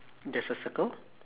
there's a circle